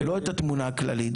לא את התמונה הכללית,